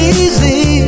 easy